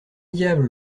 diables